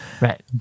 right